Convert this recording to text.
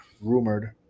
rumored